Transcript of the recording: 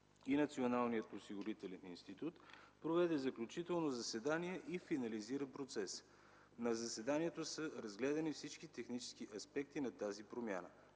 и Националния осигурителен институт проведе заключително заседание и финализира процеса. На заседанието са разгледани всички технически аспекти на тази промяна,